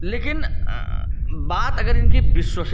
लेकिन बात अगर इनकी विश्वसनीयता की की जाए